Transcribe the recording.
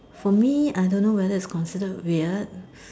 for me I don't know whether it's considered weird